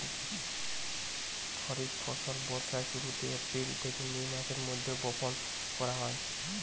খরিফ ফসল বর্ষার শুরুতে, এপ্রিল থেকে মে মাসের মধ্যে বপন করা হয়